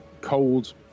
cold